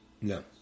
No